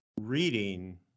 reading